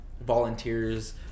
volunteers